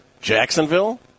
Jacksonville